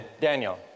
Daniel